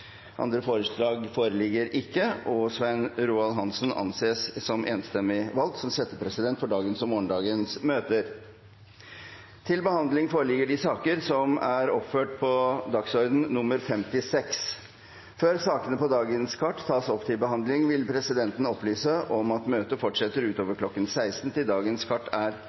Andre forslag foreligger ikke, og Svein Roald Hansen anses enstemmig valgt som settepresident for dagens og morgendagens møter. Før sakene på dagens kart tas opp til behandling, vil presidenten opplyse om at møtet fortsetter utover kl. 16 til dagens kart er